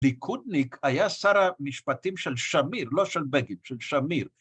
‫ליכודניק היה שר המשפטים של שמיר, ‫לא של בגין, של שמיר.